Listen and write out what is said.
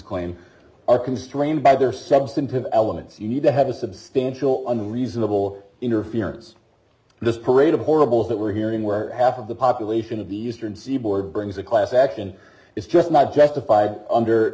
claim are constrained by their substantive elements you need to have a substantial on reasonable interference this parade of horribles that we're hearing where after the population d of the eastern seaboard brings a class action is just not justified under